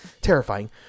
terrifying